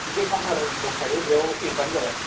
थिखेट खाउन्थार दंखायो बेयाव फैबानो जाबाय